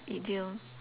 idiom